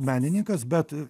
menininkas bet